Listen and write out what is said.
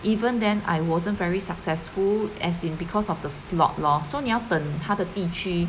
even then I wasn't very successful as in because of the slot lor so 你要等它的地区